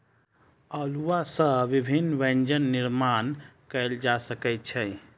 अउलुआ सॅ विभिन्न व्यंजन निर्माण कयल जा सकै छै